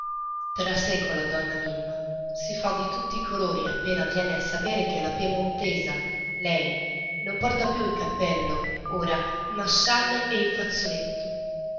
di torino trasecola donna mimma si fa di tutti i colori appena viene a sapere che la piemontesa lei non porta più il cappello ora ma scialle e il fazzoletto